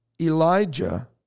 Elijah